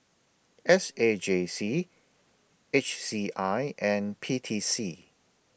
S A J C H C I and P T C